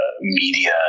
media